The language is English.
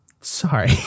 Sorry